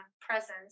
presence